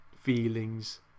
feelings